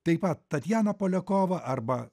taip pat tatjana poliakova arba